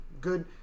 good